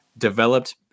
developed